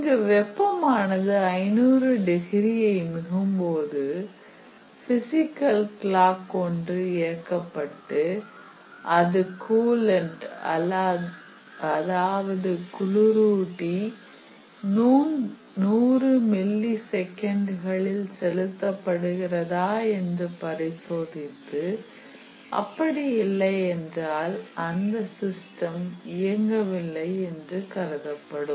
இங்கு வெப்பமானது 500 டிகிரியை மிகும்போது பிசிகல் கிளாக் ஒன்று இயக்கப்பட்டு அது கூலன்ட் அதாவது குளிரூட்டி 100 மில்லி செகண்டுகளில் செலுத்தப்படுகிறதா என்று பரிசோதித்து அப்படி இல்லை என்றால் அந்த சிஸ்டம் இயங்கவில்லை என்று கருதப்படும்